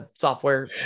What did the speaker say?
software